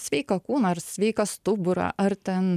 sveiką kūną ar sveiką stuburą ar ten